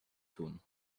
tun